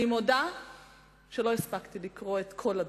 אני מודה שלא הספקתי לקרוא את כל הדוח,